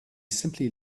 simply